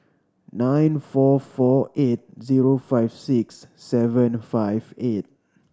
nine four four eight zero five six seven five eight